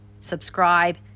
subscribe